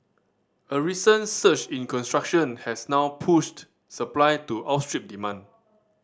a recent surge in construction has now pushed supply to outstrip demand